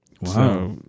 Wow